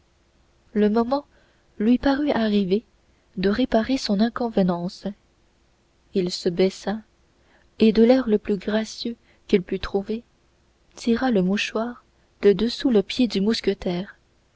le moment lui parut arrivé de réparer son inconvenance il se baissa et de l'air le plus gracieux qu'il pût trouver il tira le mouchoir de dessous le pied du mousquetaire